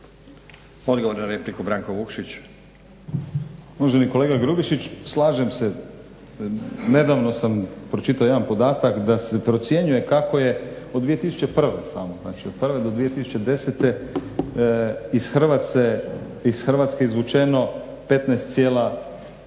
laburisti - Stranka rada)** Uvaženi kolega Grubišić, slažem se nedavno sam pročitao jedan podatak da se procjenjuje kako je od 2001. samo, znači od prve do 2010. iz Hrvatske izvučeno 15,2